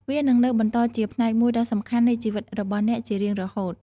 វានឹងនៅបន្តជាផ្នែកមួយដ៏សំខាន់នៃជីវិតរបស់អ្នកជារៀងរហូត។